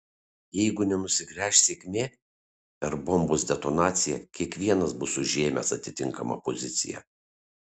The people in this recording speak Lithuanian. jeigu nenusigręš sėkmė per bombos detonaciją kiekvienas bus užėmęs atitinkamą poziciją